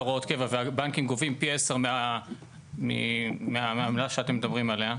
הוראות קבע והבנקים גובים פי 10 מהעמלה שאתם מדברים עליה?